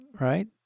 right